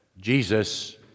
Jesus